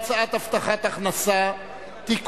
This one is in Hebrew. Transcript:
הצעת חוק הבטחת הכנסה (תיקון,